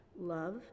Love